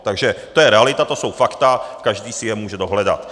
Takže to je realita, to jsou fakta, každý si je může dohledat.